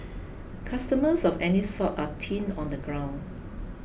customers of any sort are thin on the ground